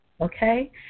Okay